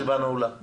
הישיבה נעולה.